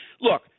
Look